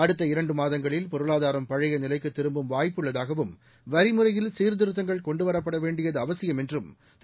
அடுத்த இரண்டு மாதங்களில் பொருளாதாரம் பழைய நிலைக்கு திரும்பு வாய்ப்பு உள்ளதாகவும் வரி முறையில் சீர்திருத்தங்கள் கொண்டுவரப்பட வேண்டியது அவசியம் என்றும் திரு